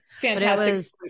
Fantastic